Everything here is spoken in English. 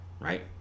right